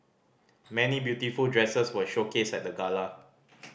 many beautiful dresses were showcased at the gala